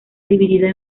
dividida